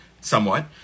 somewhat